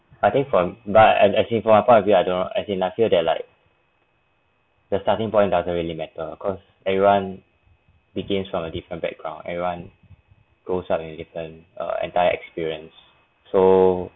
I think for but and actually from my point of view I don't know as in I feel that like the starting point doesn't really matter cause everyone begin from a different background everyone goes up in a different err entire experience so